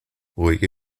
ruhige